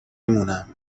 مونم